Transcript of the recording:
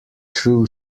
threw